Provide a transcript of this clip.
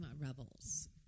Rebels